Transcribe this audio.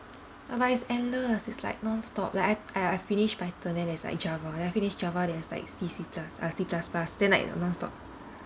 uh but it's endless it's like non stop like I I I finish python and then there's like java then I finish java there's like C_C plus uh C plus plus then like uh non stop